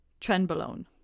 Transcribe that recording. trenbolone